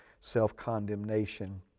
self-condemnation